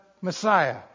Messiah